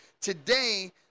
today